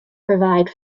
provide